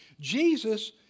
Jesus